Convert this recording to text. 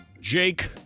Jake